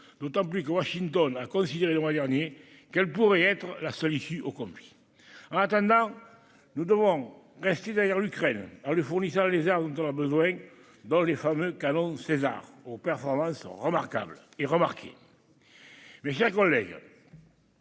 d'autant plus que Washington a considéré le mois dernier qu'elles pourraient constituer la seule issue au conflit. En attendant, nous devons rester derrière l'Ukraine en lui fournissant les armes dont elle a besoin, dont les fameux canons Caesar aux performances remarquables et remarquées. Mes chers collègues,